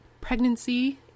pregnancy